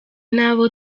nabo